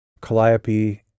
Calliope